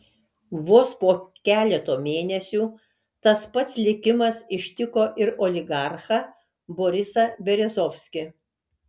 vos po keleto mėnesių tas pats likimas ištiko ir oligarchą borisą berezovskį